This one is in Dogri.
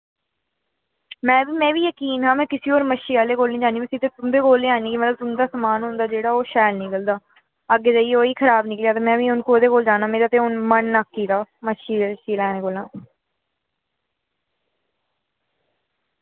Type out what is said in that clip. मैं वी मैं वी यकीन हा मैं किसी होर मच्छी आह्ले कोल नी जन्नी मैं सिध्दे तुं'दे कोल ही आनी कि तुं'दा समान होंदा जेह्ड़ा ओ शैल निकलदा अग्गे जाइयै ओह् ही खराब निकलेया ते मैं वी हू'न कोह्दे कोल जाना मेरा ते हू'न मन अक्की दा मच्छी लैने कोला